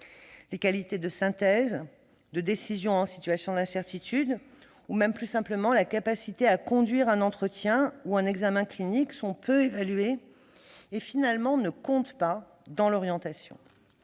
Les qualités de synthèse, de décision en situation d'incertitude ou, plus simplement, la capacité à conduire un entretien ou un examen clinique sont peu évaluées et, finalement, ne comptent pas dans l'orientation,